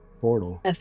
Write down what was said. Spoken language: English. portal